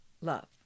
love